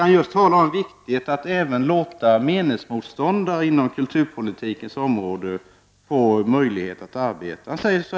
Han talade då om hur viktigt det var att låta även meningsmotståndare inom kulturpolitikens område få möjlighet att arbeta.